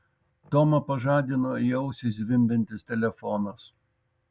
tomą pažadino į ausį zvimbiantis telefonas